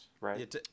right